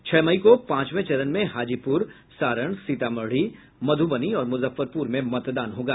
छह मई को पांचवें चरण में हाजीपुर सारण सीतामढ़ी मध्रबनी और मुजफ्फरपुर में मतदान होगा